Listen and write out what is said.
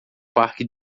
parque